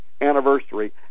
anniversary